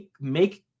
make